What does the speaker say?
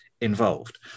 involved